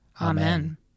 Amen